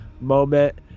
moment